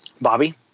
Bobby